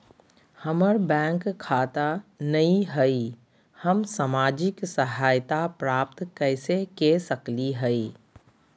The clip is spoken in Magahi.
हमार बैंक खाता नई हई, हम सामाजिक सहायता प्राप्त कैसे के सकली हई?